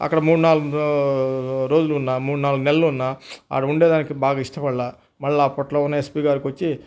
అక్కడ మూడు నాలుగు రోజులు ఉన్న మూడు నాలుగు నెలలు ఉన్న ఆడ ఉండే దానికి బాగా ఇష్టపడలేదు మరల అప్పట్లోనే ఎస్పీ గారికొచ్చి